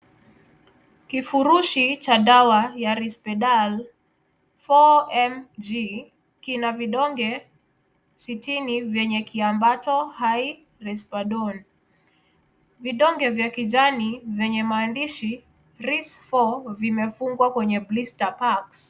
Kifurushi cha dawa ya rispedal 4mg kina vidonge sitini vyenye kiambato hai resperdol. Vidonge vya kijani vyenye maandishi risk for vimefungwa kwenye blister parks .